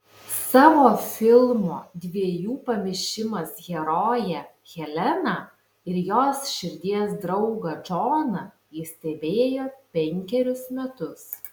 savo filmo dviejų pamišimas heroję heleną ir jos širdies draugą džoną ji stebėjo penkerius metus